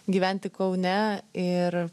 gyventi kaune ir